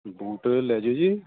boot ਲੈ ਜਾਓ ਜੀ